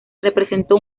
representó